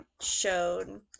showed